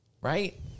right